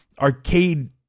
arcade